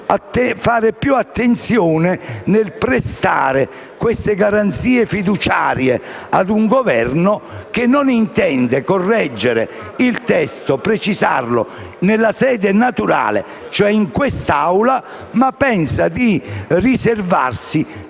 fare più attenzione nel prestare garanzie fiduciarie a un Governo che non intende correggere il testo o precisarlo nella sede naturale, e cioè in quest'Aula, ma che pensa di riservarsi